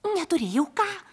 neturėjau ką